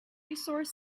resource